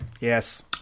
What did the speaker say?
Yes